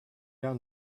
down